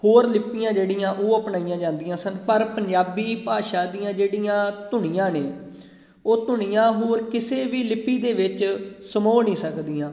ਹੋਰ ਲਿਪੀਆਂ ਜਿਹੜੀਆਂ ਉਹ ਅਪਣਾਈਆਂ ਜਾਂਦੀਆਂ ਸਨ ਪਰ ਪੰਜਾਬੀ ਭਾਸ਼ਾ ਦੀਆਂ ਜਿਹੜੀਆਂ ਧੁਨੀਆਂ ਨੇ ਉਹ ਧੁਨੀਆਂ ਹੋਰ ਕਿਸੇ ਵੀ ਲਿਪੀ ਦੇ ਵਿੱਚ ਸਮੋ ਨਹੀਂ ਸਕਦੀਆਂ